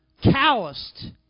calloused